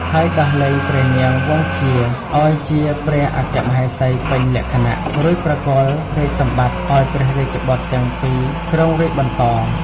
ហើយដោះលែងព្រះនាងវង្សធ្យាឱ្យជាព្រះអគ្គមហេសីពេញលក្ខណៈ រួចប្រគល់រាជសម្បត្តិឱ្យព្រះរាជបុត្រទាំងពីរគ្រងរាជ្យបន្ត។